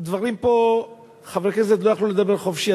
הדברים פה, חברי הכנסת לא יכלו לדבר חופשי.